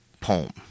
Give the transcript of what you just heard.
poem